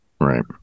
right